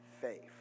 faith